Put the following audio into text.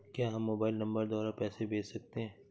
क्या हम mobile number द्वारा पैसे भेज सकते हैं?